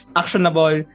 actionable